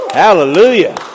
Hallelujah